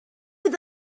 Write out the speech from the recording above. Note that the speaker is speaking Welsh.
oedd